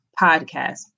podcast